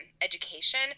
education